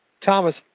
Thomas